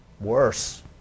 Worse